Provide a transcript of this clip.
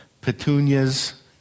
petunias